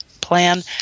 plan